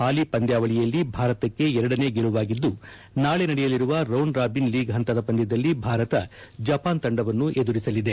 ಹಾಲಿ ಪಂದ್ಯಾವಳಿಯಲ್ಲಿ ಭಾರತಕ್ಕೆ ಎರಡನೇ ಗೆಲುವಾಗಿದ್ದು ನಾಳಿ ನಡೆಯಲಿರುವ ರೌಂಡ್ ರಾಬಿನ್ ಲೀಗ್ ಹಂತದ ಪಂದ್ಭದಲ್ಲಿ ಭಾರತ ಜಪಾನ್ ತಂಡವನ್ನು ಎದುರಿಸಲಿದೆ